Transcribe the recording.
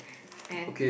and